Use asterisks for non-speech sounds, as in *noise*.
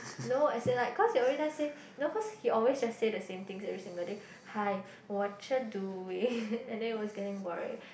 no as in like cause he every time say no cause he always just say the same things every single day hi watcha doing *noise* and then it was getting boring